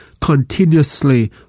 continuously